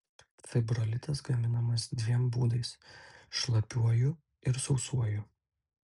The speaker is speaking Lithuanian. fibrolitas gaminamas dviem būdais šlapiuoju ir sausuoju